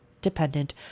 dependent